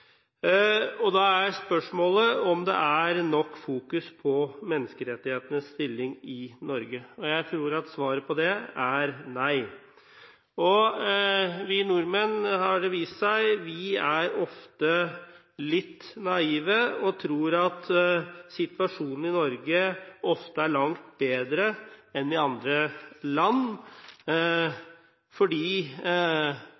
Da er spørsmålet om det er nok fokus på menneskerettighetenes stilling i Norge. Jeg tror at svaret på det er nei. Det har vist seg at vi nordmenn ofte er litt naive og tror at situasjonen i Norge er langt bedre enn i andre land,